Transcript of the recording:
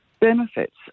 benefits